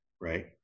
right